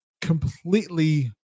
completely